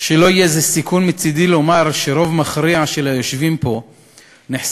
שלא יהיה זה סיכון מצדי לומר שהרוב המכריע של היושבים פה נחשפו